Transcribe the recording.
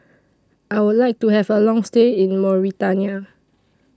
I Would like to Have A Long stay in Mauritania